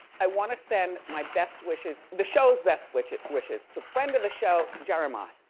i wanna send my best wishes, the show's best wishes wishes to friend of the show, jeremiah.